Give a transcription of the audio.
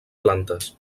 plantes